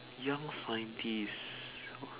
young scientist